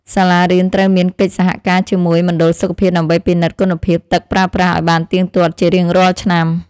សាលារៀនត្រូវមានកិច្ចសហការជាមួយមណ្ឌលសុខភាពដើម្បីពិនិត្យគុណភាពទឹកប្រើប្រាស់ឱ្យបានទៀងទាត់ជារៀងរាល់ឆ្នាំ។